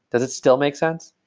does it still make sense?